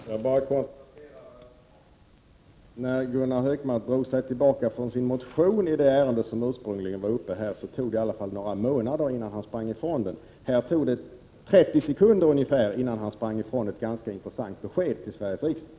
Fru talman! Jag konstaterar bara, att när Gunnar Hökmark drog sig tillbaka från sin motion i det ärende som ursprungligen var uppe, tog det i varje fall några månader, innan han tog avstånd. Här tog det ungefär 30 sekunder, innan han sprang ifrån ett ganska intressant besked till Sveriges riksdag.